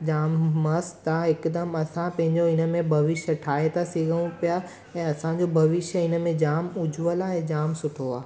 जाम मस्तु आहे हिकदमि असां पंहिंजो हिन में भविष्य ठाहे था सघूं पिया ऐं असांजो भविष्य हिन में जाम उजवल आहे जाम सुठो आहे